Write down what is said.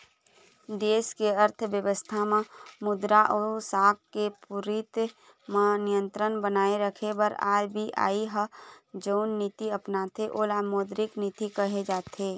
देस के अर्थबेवस्था म मुद्रा अउ साख के पूरति म नियंत्रन बनाए रखे बर आर.बी.आई ह जउन नीति अपनाथे ओला मौद्रिक नीति कहे जाथे